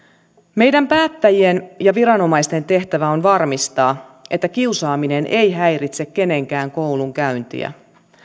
meidän päättäjien ja viranomaisten tehtävä on varmistaa että kiusaaminen ei häiritse kenenkään koulunkäyntiä